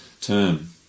term